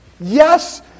Yes